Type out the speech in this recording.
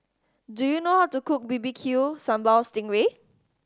do you know how to cook B B Q Sambal sting ray